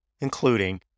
including